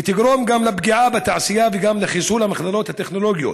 ותגרום גם לפגיעה בתעשייה וגם לחיסול המכללות הטכנולוגיות.